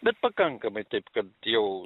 bet pakankamai taip kad jau